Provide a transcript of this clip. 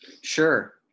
Sure